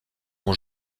ont